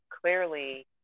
clearly